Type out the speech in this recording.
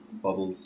Bubbles